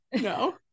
no